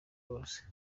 bose